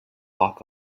lock